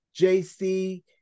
JC